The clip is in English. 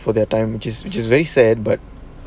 for their time which is which is very sad but